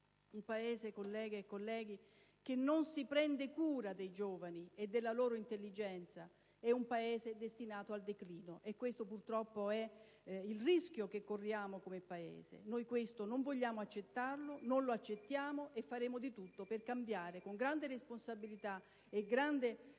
accademica. Colleghe e colleghi, un Paese che non si prende cura dei giovani e della loro intelligenza è un Paese destinato al declino. E questo purtroppo è il rischio che corriamo come Paese. Noi questo non vogliamo accettarlo, non lo accettiamo, e faremo di tutto per cambiare, con grande senso di responsabilità,